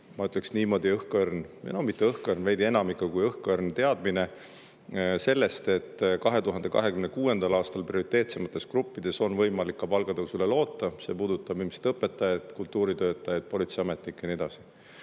ma ütleksin, niimoodi, õhkõrn – no mitte õhkõrn, veidi enam kui õhkõrn – teadmine sellest, et 2026. aastal prioriteetsemates gruppides on võimalik ka palgatõusule loota. See puudutab ilmselt õpetajaid, kultuuritöötajaid, politseiametnikke ja nii edasi.